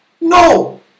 No